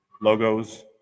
logos